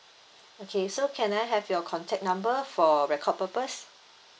okay so can I have your contact number for record purpose